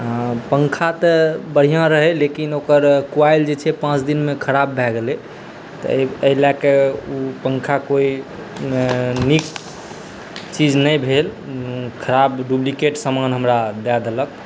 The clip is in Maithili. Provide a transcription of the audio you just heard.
पंखा तऽ बढ़िऑं रहै लेकिन ओकर कॉइल जे छै पाँच दिनमे ख़राब भऽ गेलै तऽ एहि लऽ कऽ ओ पंखा कोइ नीक चीज नहि भेल खराब डुप्लीकेट समान हमरा दऽ देलक